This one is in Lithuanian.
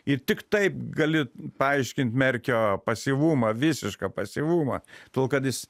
ir tik taip gali paaiškint merkio pasyvumą visišką pasyvumą todėl kad jis